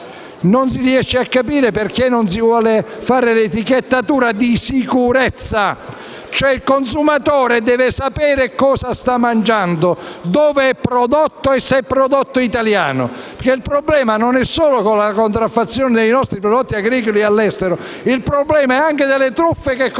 Non si capisce perché non si vuole fare l'etichettatura di sicurezza: il consumatore deve sapere cosa sta mangiando, da dove viene il prodotto e se è un prodotto italiano. Il problema non è solo la contraffazione dei nostri prodotti agricoli all'estero, ma anche le truffe che consumano